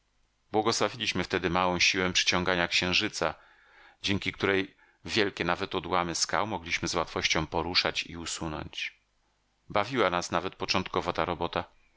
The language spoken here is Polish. błogosławiliśmy wtedy małą siłę przyciągania księżyca dzięki której wielkie nawet odłamy skał mogliśmy z łatwością poruszyć i usunąć bawiła nas nawet początkowo ta robota